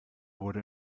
wurde